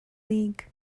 league